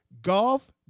Golf